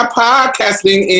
podcasting